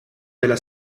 della